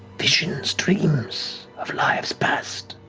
visions, dreams of lives past,